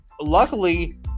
Luckily